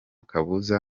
kabuza